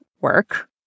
work